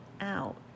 out